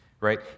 right